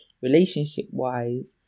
relationship-wise